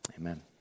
Amen